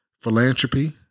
philanthropy